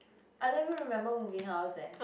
I don't even remember moving house leh